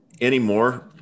Anymore